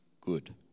good